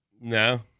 No